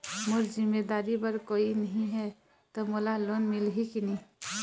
मोर जिम्मेदारी बर कोई नहीं हे त मोला लोन मिलही की नहीं?